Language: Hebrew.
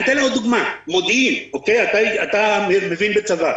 אני אתן עוד דוגמה: מודיעין אתה מבין בצבא